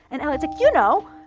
and elliot's like, you know,